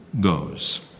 goes